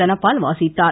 தனபால் வாசித்தார்